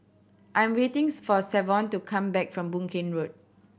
I am waiting's for Savon to come back from Boon Keng Road